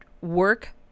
work